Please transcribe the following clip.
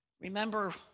Remember